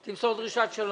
321,